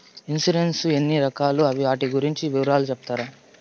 Insurance ఎన్ని రకాలు వాటి గురించి వివరాలు సెప్తారా?